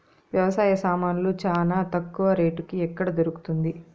వ్యవసాయ సామాన్లు చానా తక్కువ రేటుకి ఎక్కడ దొరుకుతుంది?